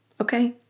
okay